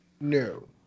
No